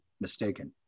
mistaken